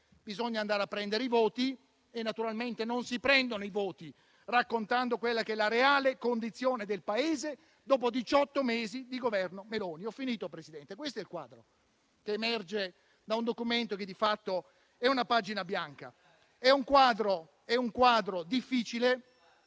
Bisogna andare a prendere i voti e naturalmente non si prendono i voti raccontando la reale condizione del Paese dopo diciotto mesi di Governo Meloni. Questo è il quadro che emerge da un Documento che di fatto è una pagina bianca. È un quadro difficile,